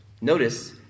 Notice